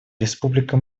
республика